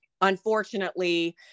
unfortunately